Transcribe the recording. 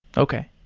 okay.